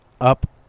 up